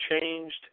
changed